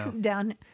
down